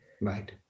Right